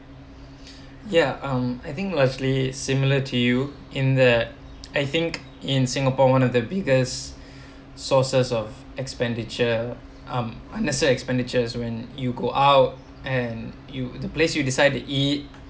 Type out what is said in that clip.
ya um I think mostly similar to you in that I think in singapore one of the biggest sources of expenditure um unnecessary expenditure is when you go out and you the place you decide to eat